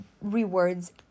rewards